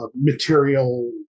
material